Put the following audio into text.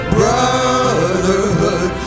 brotherhood